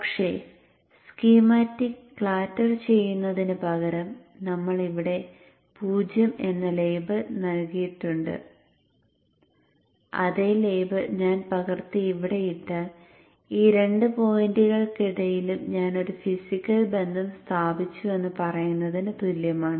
പക്ഷേ schematic clutter ചെയ്യുന്നതിന് പകരം നമ്മൾ ഇവിടെ O എന്ന ലേബൽ നൽകിയിട്ടുണ്ടെന്നും അതേ ലേബൽ ഞാൻ പകർത്തി ഇവിടെ ഇട്ടാൽ ഈ രണ്ട് പോയിന്റുകൾക്കിടയിലും ഞാൻ ഒരു ഫിസിക്കൽ ബന്ധം സ്ഥാപിച്ചു എന്ന് പറയുന്നതിന് തുല്യമാണ്